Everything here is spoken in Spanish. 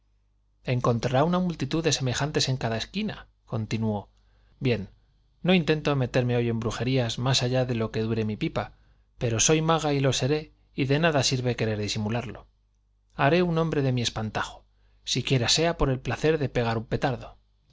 encontrará una multitud de semejantes en cada esquina continuó bien no intento meterme hoy en brujerías más allá de lo que dure mi pipa pero soy maga y lo seré y de nada sirve querer disimularlo haré un hombre de mi espantajo siquiera sea por el placer de pegar un petardo